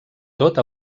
tot